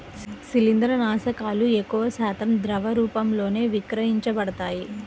శిలీంద్రనాశకాలు ఎక్కువశాతం ద్రవ రూపంలోనే విక్రయించబడతాయి